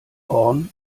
horn